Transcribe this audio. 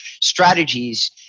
strategies